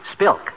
Spilk